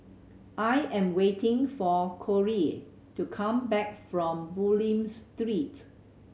I am waiting for Corrie to come back from Bulim Street